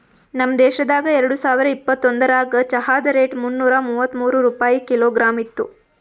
ನಮ್ ದೇಶದಾಗ್ ಎರಡು ಸಾವಿರ ಇಪ್ಪತ್ತೊಂದರಾಗ್ ಚಹಾದ್ ರೇಟ್ ಮುನ್ನೂರಾ ಮೂವತ್ಮೂರು ರೂಪಾಯಿ ಕಿಲೋಗ್ರಾಮ್ ಇತ್ತು